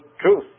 truth